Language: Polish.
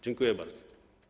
Dziękuję bardzo.